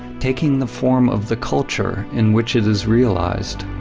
taking the form of the culture in which it is realized.